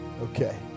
Okay